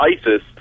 ISIS